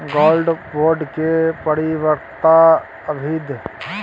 Gold bond के परिपक्वता अवधि?